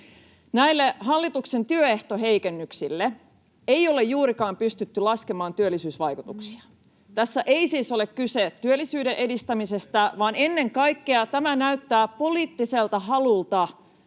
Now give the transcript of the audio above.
Näille hallituksen työehtoheikennyksille ei ole juurikaan pystytty laskemaan työllisyysvaikutuksia. Tässä ei siis ole kyse työllisyyden edistämisestä, vaan ennen kaikkea tämä näyttää poliittiselta halulta